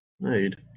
made